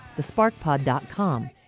thesparkpod.com